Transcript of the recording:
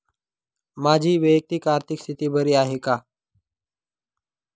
माझी वैयक्तिक आर्थिक स्थिती बरी आहे का?